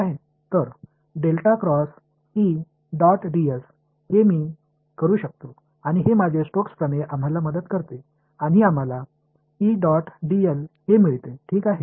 எனவே நான் இந்த செய்ய முடியும் மற்றும் இது எனது ஸ்டோக்ஸ் தேற்றம் நமக்கு உதவுகிறது மற்றும் அதனால் தான் இந்த எனக்கு கிடைக்கும்